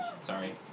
Sorry